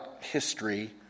history